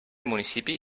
municipi